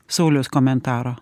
sauliaus komentaro